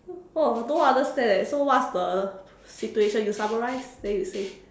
oh I don't understand eh so what's the situation you summarize then you say